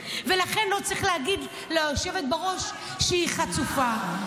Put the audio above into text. ולכן לא צריך להגיד ליושבת-ראש שהיא חצופה.